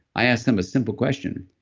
i ask them a simple question.